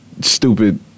stupid